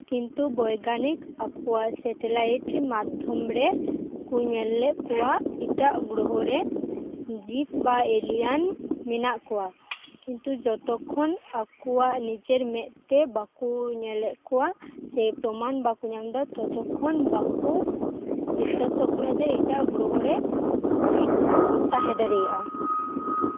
ᱠᱤᱱᱛᱩ ᱵᱳᱭᱜᱟᱱᱤᱠ ᱟᱠᱚᱣᱟᱜ ᱥᱮᱴᱮᱞᱟᱭᱤᱴ ᱢᱟᱫᱽᱫᱷᱚᱢ ᱨᱮ ᱠᱚ ᱧᱮᱞ ᱞᱮᱜ ᱠᱚᱣᱟ ᱮᱴᱟᱜ ᱜᱨᱚᱦᱚᱨᱮ ᱡᱤᱵ ᱵᱟ ᱮᱞᱤᱭᱟᱱ ᱢᱮᱱᱟᱜ ᱠᱚᱣᱟ ᱠᱤᱱᱛᱩ ᱡᱚᱛᱚᱠᱷᱚᱱ ᱟᱠᱚᱣᱟᱜ ᱱᱤᱡᱮᱨ ᱢᱮᱫᱛᱮ ᱵᱟᱠᱚ ᱧᱮᱞ ᱮᱫ ᱠᱚᱣᱟ ᱡᱮ ᱯᱨᱚᱢᱟᱱ ᱵᱟᱠᱚ ᱧᱟᱢ ᱮᱫᱟ ᱛᱚᱛᱚᱠᱷᱚᱱ ᱵᱟᱠᱚ ᱵᱤᱥᱥᱟᱹᱥᱚᱜ ᱠᱟᱱᱟ ᱡᱮ ᱮᱴᱟᱜ ᱜᱨᱚᱦᱚ ᱨᱮ ᱡᱤᱵ ᱠᱚ ᱛᱟᱸᱦᱮ ᱫᱟᱲᱮᱭᱟᱜᱼᱟ